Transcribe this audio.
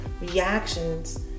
reactions